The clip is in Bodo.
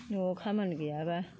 न'आव खामानि गैयाब्ला